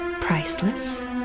priceless